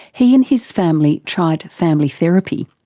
he and his family tried family therapy.